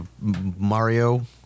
Mario